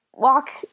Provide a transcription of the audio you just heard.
walk